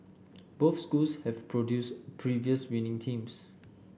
both schools have produced previous winning teams